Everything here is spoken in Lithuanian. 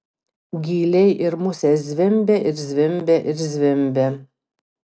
gyliai ir musės zvimbia ir zvimbia ir zvimbia